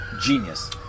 genius